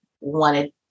wanted